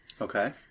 Okay